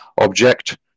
object